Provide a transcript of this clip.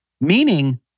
meaning